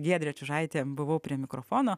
giedrė čiužaitė buvau prie mikrofono